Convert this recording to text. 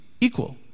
equal